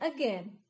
again